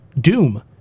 Doom